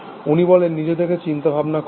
উনি বলেন নিজে থেকে চিন্তা ভাবনা করে না